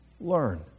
learn